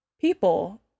people